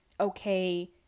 okay